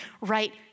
right